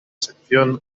sección